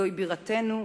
זוהי בירתנו,